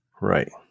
Right